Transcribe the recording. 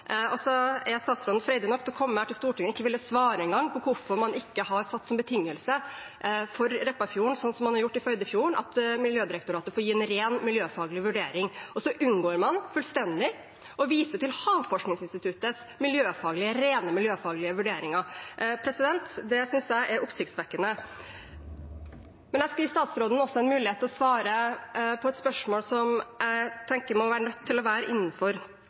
da? Så er statsråden freidig nok til å komme hit til Stortinget og ikke engang ville svare på hvorfor man ikke har satt som betingelse for Repparfjorden, sånn som man har gjort for Førdefjorden, at Miljødirektoratet får gi en ren miljøfaglig vurdering. Og man unngår fullstendig å vise til Havforskningsinstituttets rene miljøfaglige vurderinger. Det synes jeg er oppsiktsvekkende. Men jeg skal gi statsråden en mulighet til å svare på et spørsmål som jeg tenker er nødt til å være innenfor